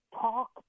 talk